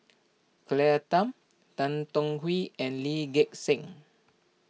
Claire Tham Tan Tong Hye and Lee Gek Seng